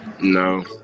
no